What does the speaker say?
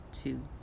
two